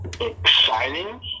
Exciting